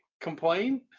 complain